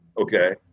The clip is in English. Okay